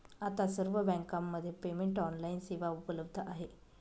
आता सर्व बँकांमध्ये पेमेंट ऑनलाइन सेवा उपलब्ध आहे